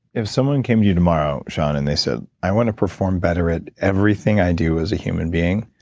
if someone came you tomorrow sean, and they said i want to perform better at everything i do as a human being,